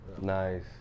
Nice